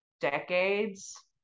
decades